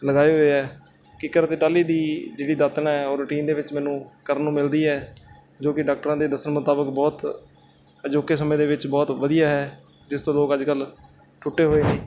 ਲਗਾਏ ਹੋਏ ਹੈ ਕਿੱਕਰ ਅਤੇ ਟਾਹਲੀ ਦੀ ਜਿਹੜੀ ਦਾਤਣ ਹੈ ਉਹ ਰੂਟੀਨ ਦੇ ਵਿੱਚ ਮੈਨੂੰ ਕਰਨ ਨੂੰ ਮਿਲਦੀ ਹੈ ਜੋ ਕਿ ਡਾਕਟਰਾਂ ਦੇ ਦੱਸਣ ਮੁਤਾਬਿਕ ਬਹੁਤ ਅਜੋਕੇ ਸਮੇਂ ਦੇ ਵਿੱਚ ਬਹੁਤ ਵਧੀਆ ਹੈ ਜਿਸ ਤੋਂ ਲੋਕ ਅੱਜ ਕੱਲ ਟੁੱਟੇ ਹੋਏ ਨੇ